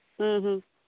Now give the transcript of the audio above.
ᱦᱮᱸ ᱦᱮᱸ